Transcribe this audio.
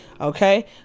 okay